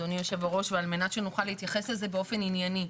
אדוני יושב-הראש ועל מנת שנוכל להתייחס לזה באופן ענייני.